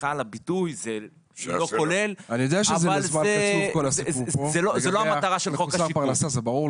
סליחה על הביטוי זאת לא המטרה של חוק השיקום.